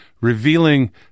revealing